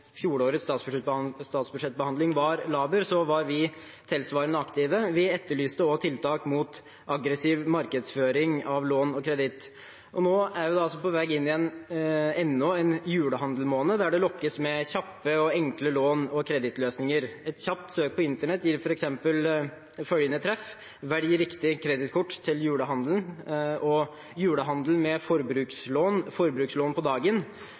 fjorårets statsbudsjettbehandling var laber, var vi tilsvarende aktive. Vi etterlyste også tiltak mot aggressiv markedsføring av lån og kreditt. Nå er vi på vei inn i enda en julehandelsmåned der det lokkes med kjappe og enkle lån og kredittløsninger. Et kjapt søk på internett gir f.eks. følgende treff: «Verdiriktig kredittkort til julehandelen» og «Julehandel med forbrukslån, forbrukslån på dagen».